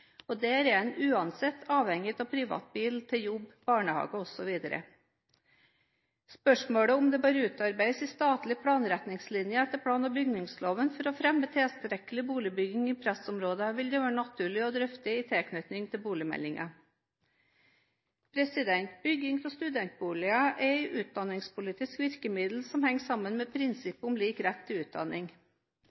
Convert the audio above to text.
det bør utarbeides en statlig planretningslinje etter plan- og bygningsloven for å fremme tilstrekkelig boligbygging i pressområder, vil det være naturlig å drøfte i tilknytning til boligmeldingen. Bygging av studentboliger er et utdanningspolitisk virkemiddel som henger sammen med prinsippet om lik rett til utdanning.